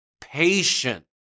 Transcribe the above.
patient